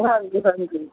ਹਾਂਜੀ ਹਾਂਜੀ